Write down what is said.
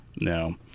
No